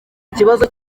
ikibazo